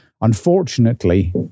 Unfortunately